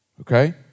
okay